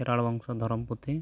ᱠᱷᱮᱨᱣᱟᱲᱵᱚᱝᱥᱚ ᱫᱷᱚᱨᱚᱢ ᱯᱩᱛᱷᱤ